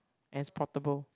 and is portable